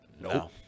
No